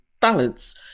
balance